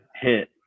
hit